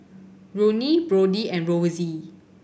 Ronnie Brodie and Rosy